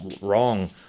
wrong